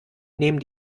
nehmen